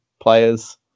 players